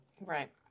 Right